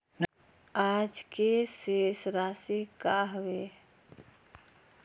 आज के शेष राशि का हवे?